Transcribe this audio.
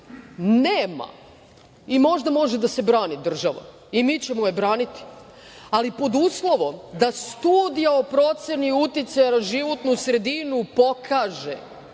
nema, i možda može da se brani država i mi ćemo je braniti, ali pod uslovom da studija o proceni uticaja na životnu sredinu pokaže